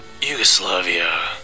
Yugoslavia